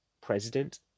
President